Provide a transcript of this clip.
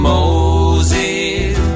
Moses